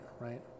right